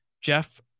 Jeff